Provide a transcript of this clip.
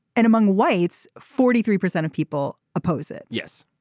and among whites forty three percent of people oppose it. yes.